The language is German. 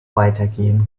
weitergehen